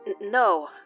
No